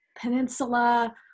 Peninsula